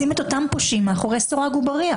של כולנו לשים את אותם פושעים מאחורי סורג ובריח.